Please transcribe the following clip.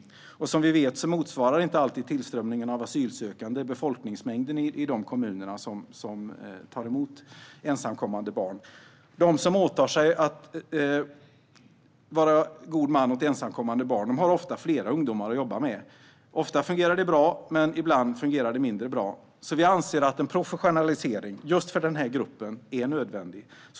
Som vi vet står inte alltid tillströmningen av asylsökande i proportion till befolkningsmängden i de kommuner som tar emot ensamkommande barn. De som åtar sig att vara god man åt ensamkommande barn har ofta flera ungdomar att jobba med. Ofta fungerar det bra, men ibland fungerar det mindre bra. Vi anser därför att en professionalisering just för denna grupp är nödvändig.